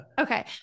okay